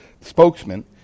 spokesman